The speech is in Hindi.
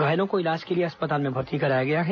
घायलों को इलाज के लिए अस्पताल में भर्ती कराया गया है